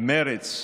מרצ,